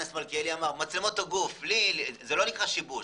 מצלמות הגוף זה לא שיבוש.